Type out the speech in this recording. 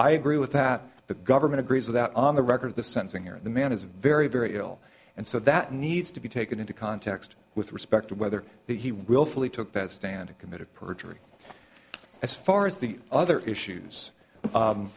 i agree with that the government agrees with that on the record the sensing here the man is very very ill and so that needs to be taken into context with respect to whether he will fully took that stand committed perjury as far as the other issues